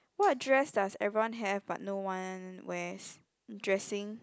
what dress does everyone have but no one wears dressing